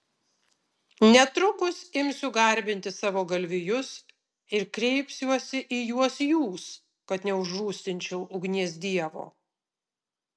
netrukus imsiu garbinti savo galvijus ir kreipsiuosi į juos jūs kad neužrūstinčiau ugnies dievo